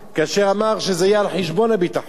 כאשר אמר שזה יהיה על חשבון הביטחון.